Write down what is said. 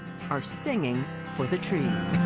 are singing for the trees!